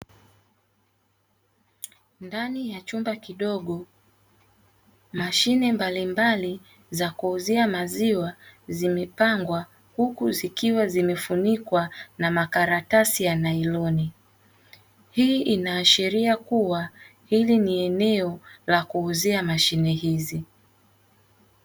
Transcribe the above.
Ndani ya chumba kidogo mashine mbalimabli za kuuzia maziwa zimepangwa, huku zikiwa zimefunikwa na makaratasi ya nailoni; hii inaashiria kuwa ili ni eneo la kuuzia mashine hizi.